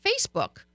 Facebook